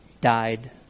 Died